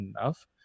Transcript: enough